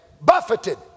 buffeted